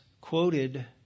quoted